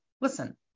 Listen